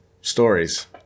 stories